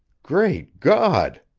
great god!